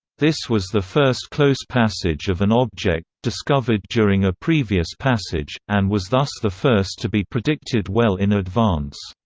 this was the first close passage of an object discovered during a previous passage, and was thus the first to be predicted well in advance.